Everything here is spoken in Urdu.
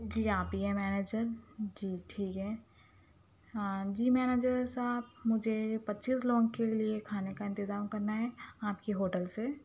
جی آپ ہی ہیں منیجر جی ٹھیک ہے ہاں جی منیجر صاحب مجھے پچیس لوگوں کے لیے کھانے کا انتظام کرنا ہے آپ کی ہوٹل سے